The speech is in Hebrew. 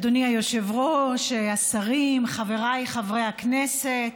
אדוני היושב-ראש, השרים, חבריי חברי הכנסת,